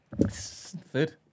Third